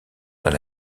dans